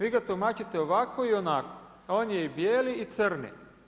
Vi ga tumačite ovako i onako, on je i bijeli i crni.